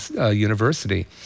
University